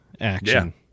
action